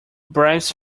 bribes